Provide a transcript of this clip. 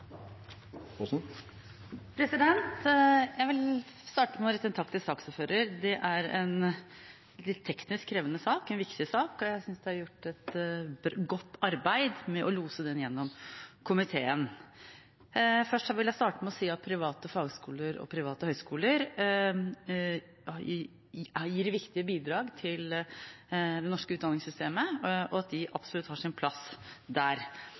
Jeg vil starte med å rette en takk til saksordføreren. Det er en litt teknisk krevende sak, en viktig sak, og jeg synes det er gjort et godt arbeid med å lose den gjennom i komiteen. Først vil jeg starte med å si at private fagskoler og private høyskoler gir viktige bidrag til det norske utdanningssystemet, og at de absolutt har sin plass der.